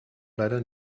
leider